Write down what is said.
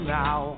now